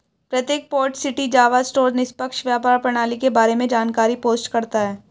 प्रत्येक port city Java store निष्पक्ष व्यापार प्रणाली के बारे में जानकारी पोस्ट करता है